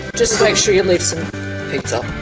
just make sure you leave some pics up